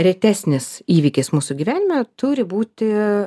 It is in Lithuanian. retesnis įvykis mūsų gyvenime turi būti